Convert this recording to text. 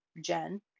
Jen